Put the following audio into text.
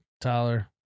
Tyler